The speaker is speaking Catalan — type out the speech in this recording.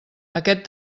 aquest